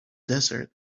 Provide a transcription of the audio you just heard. desert